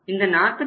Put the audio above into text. இந்த 48